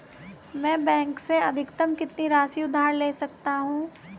मैं बैंक से अधिकतम कितनी राशि उधार ले सकता हूँ?